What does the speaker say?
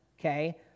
okay